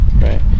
right